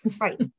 Right